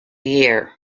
year